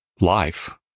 life